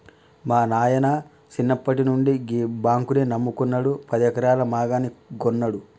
మా నాయిన సిన్నప్పట్నుండి గీ బాంకునే నమ్ముకున్నడు, పదెకరాల మాగాని గొన్నడు